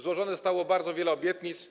Złożonych zostało bardzo wiele obietnic.